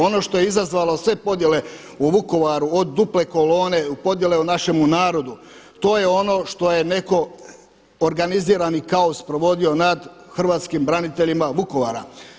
Ono što je izazvalo sve podjele u Vukovaru od duple kolone, podjele u našemu narodu to je ono što je netko organizirani kaos provodio nad hrvatskim braniteljima Vukovara.